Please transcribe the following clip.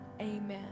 Amen